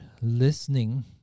listening